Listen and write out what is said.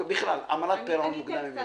בכלל עמלת פירעון מוקדם.